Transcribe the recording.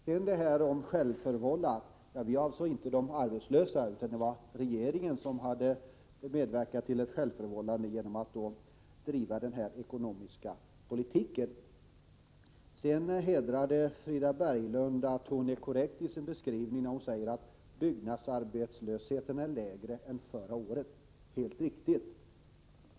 När jag använde ordet självförvållat avsåg jag inte de arbetslösas problem utan regeringens; regeringen har genom att driva den här ekonomiska politiken medverkat till sysselsättningsproblemen. Det hedrar Frida Berglund att hon är korrekt i sin beskrivning och säger att byggnadsarbetararbetslösheten nu är lägre än förra året. Helt riktigt.